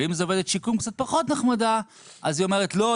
ואם זו עובדת שיקום קצת פחות נחמדה אז היא אומרת: לא,